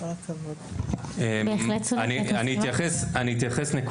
תעברו לשקף הבא ואני אוכל להציג את המשך